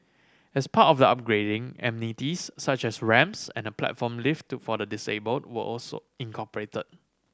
as part of the upgrading amenities such as ramps and a platform lift for the disabled were also incorporated